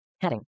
heading